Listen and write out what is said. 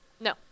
No